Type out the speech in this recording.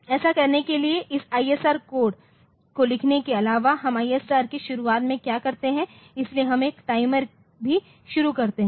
तो ऐसा करने के लिए इस ISR कोड को लिखने के अलावा हम ISR की शुरुआत में क्या करते हैं इसलिए हम एक टाइमर भी शुरू करते हैं